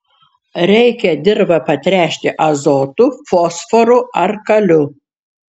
reikia dirvą patręšti azotu fosforu ar kaliu